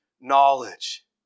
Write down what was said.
knowledge